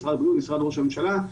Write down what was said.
משרד ראש הממשלה,